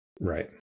right